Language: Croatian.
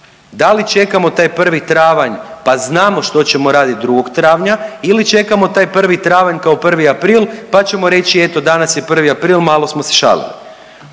Da li čekamo taj 1. travanj pa znamo što ćemo raditi 2. travnja ili čekamo taj 1. travanj kao 1. april pa ćemo reći eto danas je 1. april malo smo se šalili.